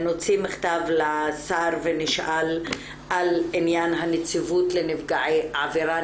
נוציא מכתב לשר ונשאל על עניין הנציבות לנפגעי עבירה.